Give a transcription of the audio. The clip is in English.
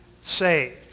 saved